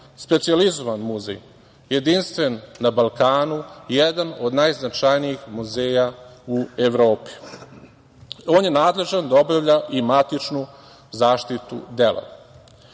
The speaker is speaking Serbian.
specijalizovan muzej, jedinstven na Balkanu, jedan od najznačajnijih muzeja u Evropi. On je nadležan da obavlja i matičnu zaštitu dela.